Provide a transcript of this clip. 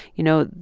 you know,